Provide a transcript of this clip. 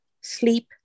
Sleep